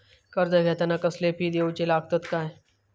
कर्ज घेताना कसले फी दिऊचे लागतत काय?